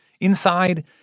Inside